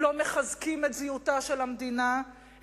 לא מחזקים את זהותה של המדינה,